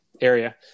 area